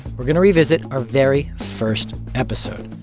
we're going to revisit our very first episode.